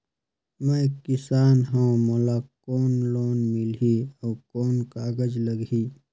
मैं किसान हव मोला कौन लोन मिलही? अउ कौन कागज लगही?